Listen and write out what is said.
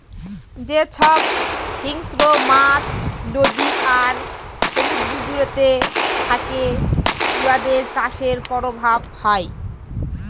যে ছব হিংস্র মাছ লদী আর সমুদ্দুরেতে থ্যাকে উয়াদের চাষের পরভাব হ্যয়